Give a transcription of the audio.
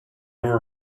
were